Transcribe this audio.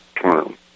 term